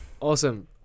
awesome